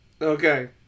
Okay